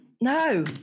No